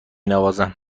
نوازم